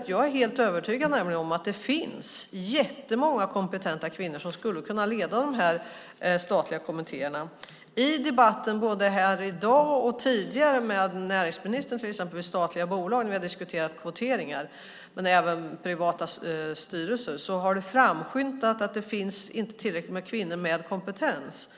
till dem. Jag är nämligen helt övertygad om att det finns jättemånga kompetenta kvinnor som skulle kunna leda de här statliga kommittéerna. I debatten både här i dag och tidigare med näringsministern, till exempel när vi har diskuterat kvoteringar i statliga bolag och även i privata styrelser, har det framskymtat att det inte finns tillräckligt många kvinnor med kompetens.